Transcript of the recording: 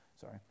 sorry